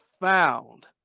found